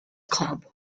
club